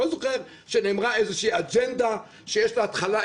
אני לא זוכר שנאמרה איזושהי אג'נדה שיש לה התחלה,